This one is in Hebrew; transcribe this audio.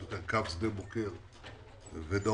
קו שדה בוקר ודרומה.